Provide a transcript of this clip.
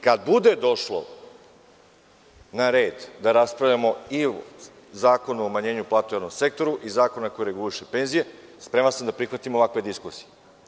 Kada bude došlo na red da raspravljamo i o Zakonu o smanjenju plata u javnom sektoru, i zakonu koji reguliše penzije, spreman sam da prihvatim ovakve diskusije.